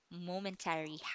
momentary